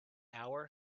hour